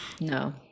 no